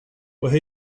where